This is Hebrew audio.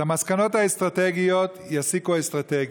את המסקנות האסטרטגיות יסיקו האסטרטגים,